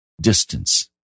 Distance